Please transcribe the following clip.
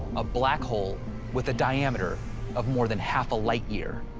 a black hole with a diameter of more than half a light-year.